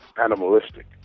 Animalistic